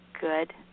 good